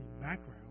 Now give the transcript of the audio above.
background